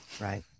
right